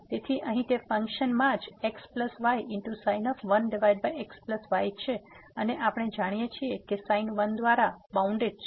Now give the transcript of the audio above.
તેથી અહીં તે ફંક્શનમાં જ xysin 1xy છે અને આપણે જાણીએ છીએ કે sin 1 દ્વારા બાઉન્ડેડ છે